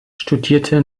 studierte